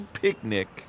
picnic